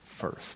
first